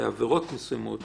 עד חמש שנים סך הכול.